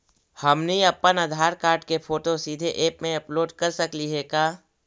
हमनी अप्पन आधार कार्ड के फोटो सीधे ऐप में अपलोड कर सकली हे का?